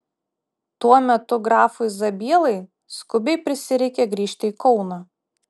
tuo metu grafui zabielai skubiai prisireikė grįžti į kauną